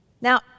Now